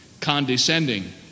condescending